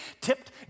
tipped